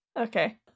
Okay